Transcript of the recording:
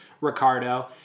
Ricardo